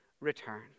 return